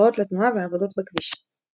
הפרעות לתנועה ועבודות בכביש.